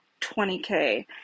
20K